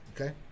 Okay